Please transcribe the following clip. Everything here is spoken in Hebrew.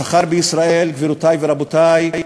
השכר בישראל, גבירותי ורבותי,